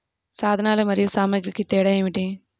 సాధనాలు మరియు సామాగ్రికి తేడా ఏమిటి?